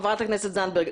חברת הכנסת זנדברג.